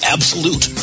Absolute